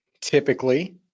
typically